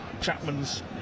Chapman's